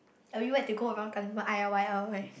are you when to go around telling people L Y L Y right